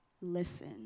Listen